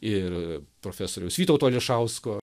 ir profesoriaus vytauto ališausko